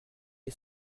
est